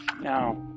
Now